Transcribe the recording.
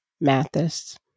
Mathis